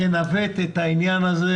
שתנווט את העניין הזה